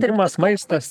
pirmas maistas